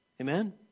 Amen